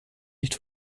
nicht